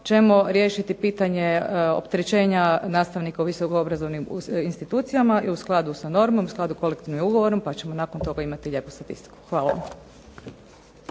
ćemo riješiti pitanje opterećenja nastavnika u visoko obrazovnim institucijama i u skladu sa normom, u skladu sa kolektivnim ugovorom, pa ćemo nakon toga imati lijepu statistiku. Hvala vam.